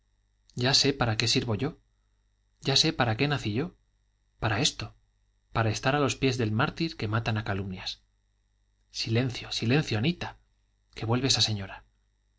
ya sé para qué sirvo yo ya sé para qué nací yo para esto para estar a los pies del mártir que matan a calumnias silencio silencio anita que vuelve esa señora